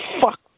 fuck